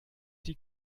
die